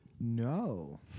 No